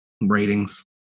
ratings